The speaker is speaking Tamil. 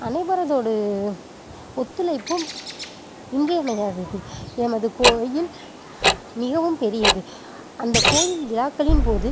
அனைவரதோடு ஒத்துழைப்பும் இன்றியமையாதது எமது கோயில் மிகவும் பெரியது அந்த கோயில் விழாக்களின் போது